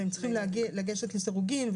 והם צריכים לגשת לסירוגין,